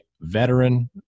veteran